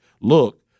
Look